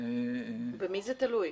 במי זה תלוי?